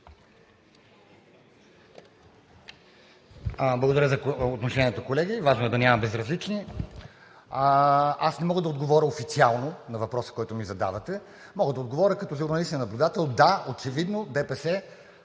Благодаря за отношението, колеги. Важно е да няма безразлични. Аз не мога да отговоря официално на въпроса, който ми задавате, мога да отговоря като журналист и наблюдател. Да, очевидно ДПС